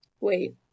Wait